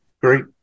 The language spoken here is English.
Great